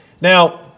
Now